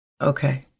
Okay